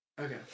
Okay